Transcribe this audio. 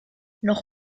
noch